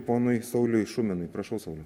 ponui sauliui šuminau prašau sauliau